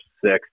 six